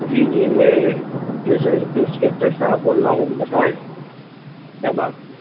جی جی میں انسپکٹر صاحب بول رہا ہوں بتائیں کیا بات